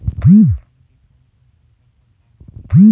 धान के कोन कोन संकर परकार हावे?